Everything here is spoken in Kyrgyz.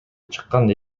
чыккан